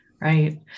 Right